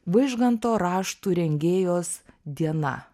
vaižganto raštų rengėjos diena